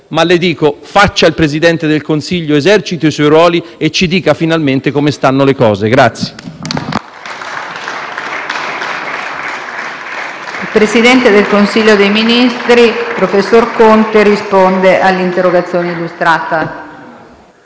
le dico: faccia il Presidente del Consiglio, eserciti i suoi ruoli e ci dica finalmente come stanno le cose.